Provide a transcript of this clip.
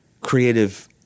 creative